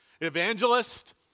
evangelist